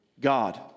God